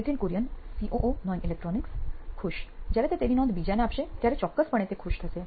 Nithin Kurian COO નોઇન electronics ખુશ જ્યારે તે તેની નોંધ બીજાને આપશે ત્યારે ચોક્કસપણે તે ખુશ થશે